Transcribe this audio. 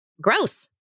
gross